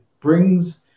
brings